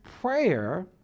prayer